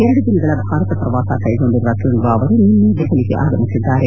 ಎರಡು ದಿನಗಳ ಭಾರತ ಪ್ರವಾಸ ಕೈಗೊಂಡಿರುವ ಕ್ಖುಂಗ್ ವಾ ಅವರು ನಿನ್ನೆ ದೆಹಲಿಗೆ ಆಗಮಿಸಿದ್ದಾರೆ